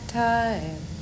time